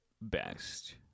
best